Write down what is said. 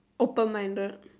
open-minded